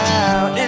out